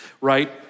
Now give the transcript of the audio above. right